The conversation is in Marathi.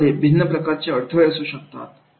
यामध्ये भिन्न प्रकारचे अडथळे असू शकतात